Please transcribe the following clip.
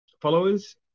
followers